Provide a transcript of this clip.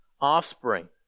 offspring